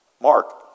Mark